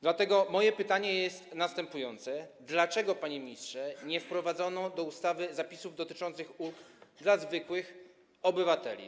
Dlatego moje pytanie jest następujące: Dlaczego, panie ministrze, nie wprowadzono do ustawy zapisów dotyczących ulg dla zwykłych obywateli?